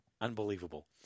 Unbelievable